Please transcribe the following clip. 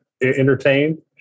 entertained